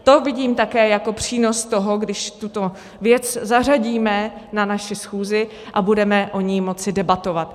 To vidím také jako přínos toho, když tuto věc zařadíme na naši schůzi a budeme o ní moci debatovat.